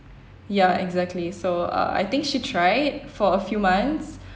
ya exactly so uh I think she tried it for a few months